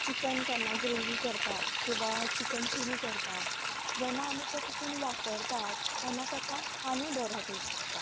chicken केन्ना gravy करता किंवां चिकन चिली करतात जेन्ना आमी तें तितुंत वापरतात तेन्ना तेका आनी बरो टेस्ट येता